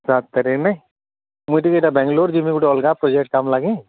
ଚାରି ତାରିଖ ନାଇଁ ମୁଁ ଟିକେ ଏଟା ବାଙ୍ଗଲୋର ଯିବି ଗୋଟେ ଅଲଗା ପ୍ରୋଜେକ୍ଟ କାମ ଲାଗି